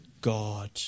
God